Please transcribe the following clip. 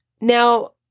Now